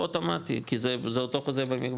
לא, לא, הוא אוטומטי, כי זה אותו חוזה במקבץ.